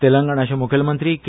तेलंगणाचे म्खेलमंत्री के